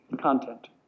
content